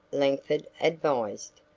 langford advised.